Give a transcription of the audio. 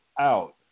out